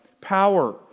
Power